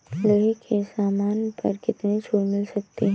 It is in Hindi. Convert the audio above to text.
लोहे के सामान पर कितनी छूट मिल सकती है